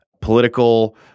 political